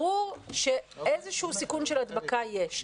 ברור שאיזשהו סיכון של הדבקה יש.